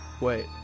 Wait